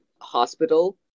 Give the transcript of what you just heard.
hospital